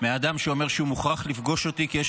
מאדם שאומר שהוא מוכרח לפגוש אותי כי יש